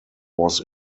was